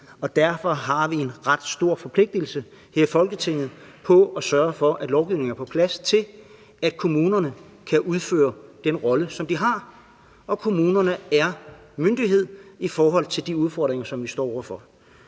Derfor har vi en ret stor forpligtelse her i Folketinget til at sørge for, at lovgivningen er på plads, så kommunerne kan udføre den rolle, som de har, og kommunerne er myndighed i forhold til de udfordringer, som vi står over for.